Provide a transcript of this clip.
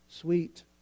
sweet